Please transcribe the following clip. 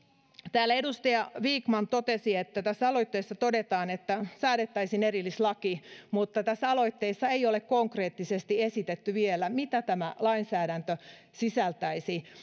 täällä edustaja vikman totesi että tässä aloitteessa todetaan että säädettäisiin erillislaki mutta tässä aloitteessa ei ole konkreettisesti esitetty vielä mitä tämä lainsäädäntö sisältäisi